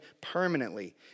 permanently